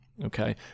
okay